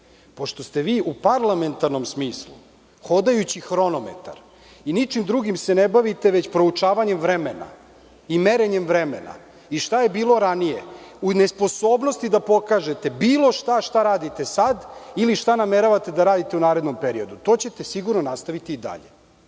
Pošto ste u parlamentarnom smislu hodajući hronometar i ničim drugim se ne bavite, već proučavanjem vremena i merenjem vremena, šta je bilo ranije u nesposobnosti da pokažete bilo šta što radite sada ili šta nameravate da radite u narednom periodu. To ćete sigurno nastaviti i dalje,